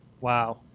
Wow